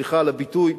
סליחה על הביטוי,